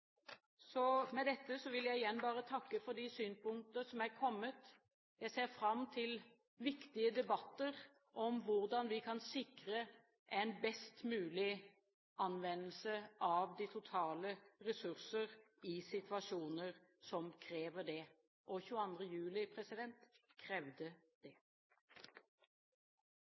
Med dette vil jeg igjen bare takke for de synspunktene som er kommet. Jeg ser fram til viktige debatter om hvordan vi kan sikre en best mulig anvendelse av de totale ressurser i situasjoner som krever det. 22. juli krevde det.